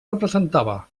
representava